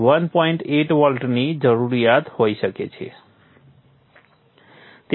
8 વોલ્ટની જરૂરિયાત હોઇ શકે છે